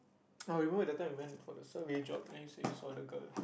oh remember that time we went for the survey job and you said you saw the girl